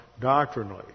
doctrinally